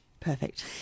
Perfect